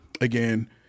again